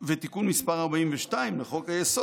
--- ותיקון מספר 42 לחוק-היסוד"